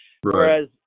Whereas